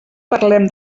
parlem